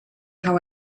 how